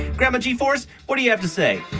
grandma g-force, what do you have to say?